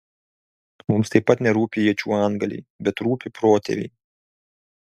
mums taip pat nerūpi iečių antgaliai bet rūpi protėviai